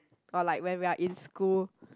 or like when we are in school